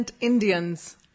Indians